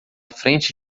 frente